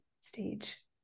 stage